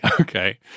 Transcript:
okay